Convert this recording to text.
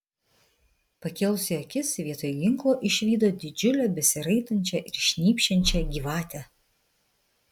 pakėlusi akis vietoj ginklo išvydo didžiulę besiraitančią ir šnypščiančią gyvatę